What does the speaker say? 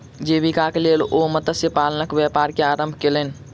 जीवीकाक लेल ओ मत्स्य पालनक व्यापार के आरम्भ केलैन